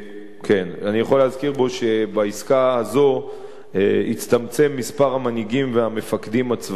פה שבעסקה הזאת הצטמצם מספר המנהיגים והמפקדים הצבאיים,